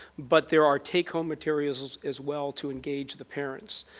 but there are takehome materials as well to engage the parents.